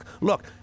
look